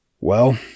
Well